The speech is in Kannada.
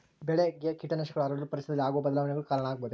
ಬೆಳೆಗೆ ಕೇಟನಾಶಕಗಳು ಹರಡಲು ಪರಿಸರದಲ್ಲಿ ಆಗುವ ಬದಲಾವಣೆಗಳು ಕಾರಣ ಆಗಬಹುದೇ?